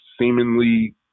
seemingly –